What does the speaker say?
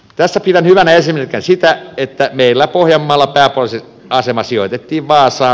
tästä pidän hyvänä esimerkkinä sitä että meillä pohjanmaalla pääpoliisiasema sijoitettiin vaasaan